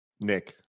Nick